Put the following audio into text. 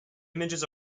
images